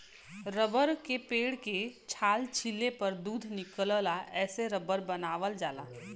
rubber के पेड़ के छाल छीलले पर दूध निकलला एसे रबर बनावल जाला